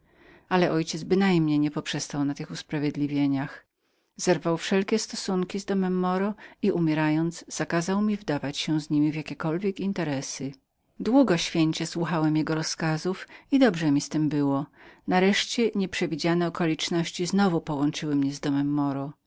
mój ojciec wcale nie poprzestał na tych wymówkach zerwał wszelkie stosunki z domem moro i umierając zakazał mi wdawać się z niemi w jakiekolwiek interesa długo święcie duchowywałemdochowywałem jego rozkazów i dobrze mi z tem było nareszcie nieprzewidziane okoliczności znowu połączyły mnie z domem